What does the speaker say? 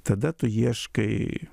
tada tu ieškai